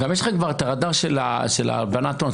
ויש לך כבר גם את הרדאר של הלבנת הון,